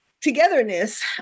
togetherness